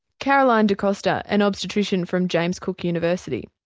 caroline de costa an obstetrician from james cook university.